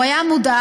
הוא היה מודאג.